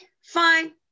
fine